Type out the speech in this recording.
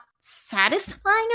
satisfying